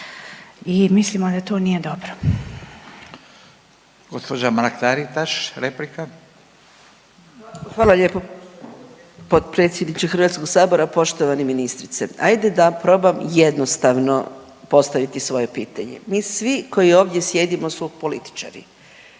i mislimo da to nije dobro.